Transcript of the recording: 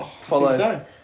Follow